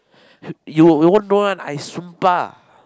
you you won't know one I sumpah